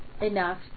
enough